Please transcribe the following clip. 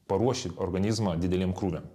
paruoši organizmą dideliem krūviam